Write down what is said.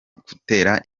gutera